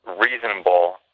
reasonable